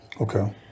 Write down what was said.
Okay